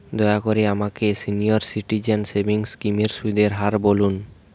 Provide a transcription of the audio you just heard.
দয়া করে আমাকে সিনিয়র সিটিজেন সেভিংস স্কিমের সুদের হার বলুন